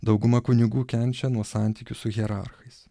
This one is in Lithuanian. dauguma kunigų kenčia nuo santykių su hierarchais